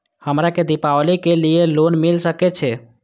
हमरा के दीपावली के लीऐ लोन मिल सके छे?